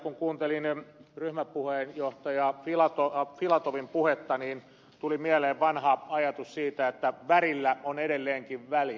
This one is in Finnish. kun kuuntelin ryhmäpuheenjohtaja filatovin puhetta niin tuli mieleen vanha ajatus siitä että värillä on edelleenkin väliä